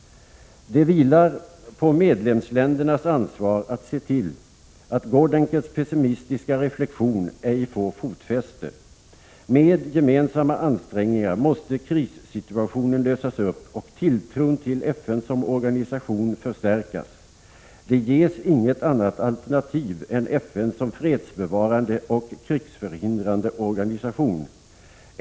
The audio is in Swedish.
Det vilar på medlemsländernas ansvar att se till att Gordenkers pessimistiska reflexion ej får fotfäste. Med gemensamma ansträngningar måste krissituationen lösas upp och tilltron till FN som organisation förstärkas. Det ges inget annat alternativ än FN som fredsbevarande och krigsförhindrande organisation.